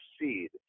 seed